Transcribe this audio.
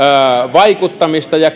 vaikuttamista ja